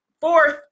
fourth